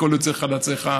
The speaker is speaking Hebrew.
מכל יוצאי חלציך,